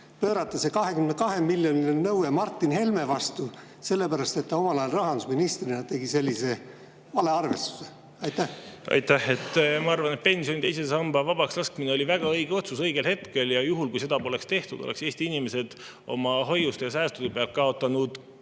pöörata see 22 miljoni eurone nõue Martin Helme vastu, sellepärast et ta omal ajal rahandusministrina tegi sellise valearvestuse? Aitäh! Ma arvan, et pensioni teise samba vabakslaskmine oli väga õige otsus õigel hetkel. Kui seda poleks tehtud, oleks Eesti inimesed oma hoiustelt ja säästudelt inflatsiooni